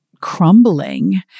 crumbling